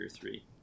three